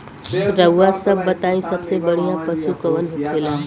रउआ सभ बताई सबसे बढ़ियां पशु कवन होखेला?